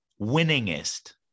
winningest